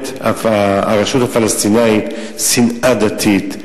הרשות הפלסטינית מקדמת שנאה דתית,